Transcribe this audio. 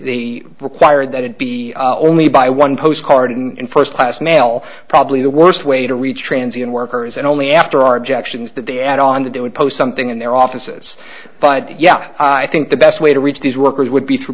they require that it be only by one postcard and first class mail probably the worst way to reach transition workers and only after our objections that they add on to do and post something in their offices but yeah i think the best way to reach these workers would be through